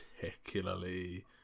particularly